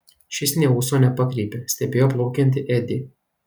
šis nė ūso nepakreipė stebėjo plaukiantį edį